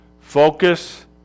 focus